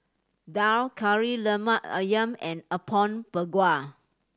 daal Kari Lemak Ayam and Apom Berkuah